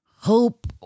hope